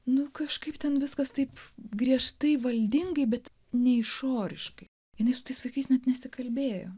nu kažkaip ten viskas taip griežtai valdingai bet ne išoriškai jinai su tais vaikais net nesikalbėjo